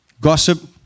gossip